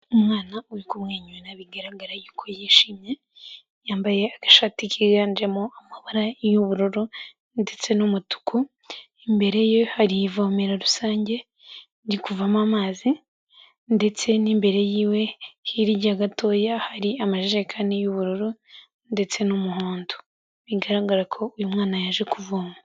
Umwana uri kumwenyura bigaragara yuko yishimye yambaye agashati kiganjemo amabara y'ubururu ndetse n'umutuku imbere ye hari ivomera rusange riri kuvamo amazi ndetse n'imbere yiwe hirya gatoya hari amajerekani y'ubururu ndetse n'umuhondo bigaragara ko uyu mwana yaje kuvoma.